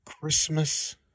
Christmas